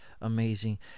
amazing